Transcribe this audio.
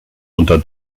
unter